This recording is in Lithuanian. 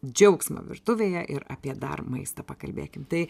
džiaugsmą virtuvėje ir apie dar maistą pakalbėkim tai